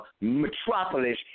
metropolis